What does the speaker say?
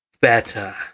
better